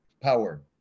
power